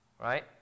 Right